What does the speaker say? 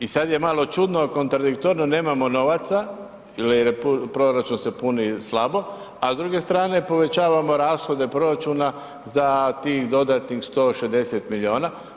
I sad je malo čudno, kontradiktorno, nemamo novaca jel proračun se puni slabo, a s druge strane povećavamo rashode proračuna za tih dodatnih 160 milijuna.